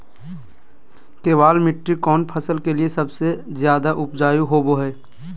केबाल मिट्टी कौन फसल के लिए सबसे ज्यादा उपजाऊ होबो हय?